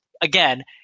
again